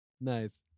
Nice